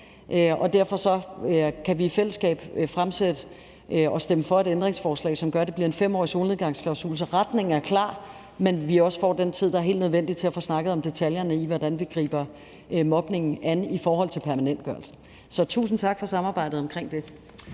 Derfor kan vi i fællesskab fremsætte og stemme for et ændringsforslag, som gør, at det bliver en 5-årig solnedgangsklausul, så retningen er klar, men så vi også får den tid, der er helt nødvendig for at få snakket om detaljerne i, hvordan vi griber mobningen an i forhold til permanentgørelsen. Så tusind tak for samarbejdet omkring det.